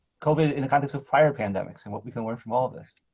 covid in the context of prior pandemics and what we can learn from all of this.